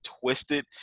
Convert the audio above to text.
twisted